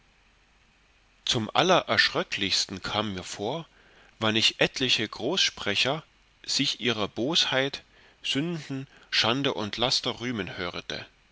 zum allererschröcklichsten kam mir vor wann ich etliche großsprecher sich ihrer bosheit sünden schande und laster rühmen hörete